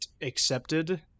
accepted